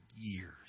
years